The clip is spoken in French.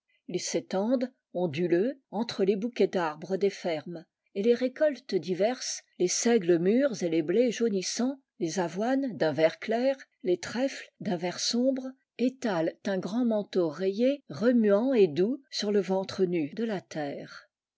ils s'étendent onduleux entre les bouquets d'arbres des fermes et les récoltes diverses les seigles mûrs et les blés jaunissants les avoines d'un vert clair les trèfles d'un vert sombre étalent un grand manteau rayé remuant et doux sur le ventre nu de la terre